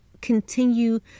Continue